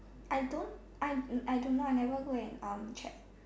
I don't I do not I do not really go and check